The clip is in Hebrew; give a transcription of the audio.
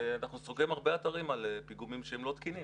ואנחנו סוגרים הרבה אתרים על פיגומים שהם לא תקינים.